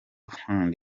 fund